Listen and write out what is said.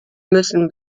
müssen